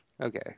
Okay